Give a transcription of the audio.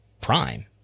prime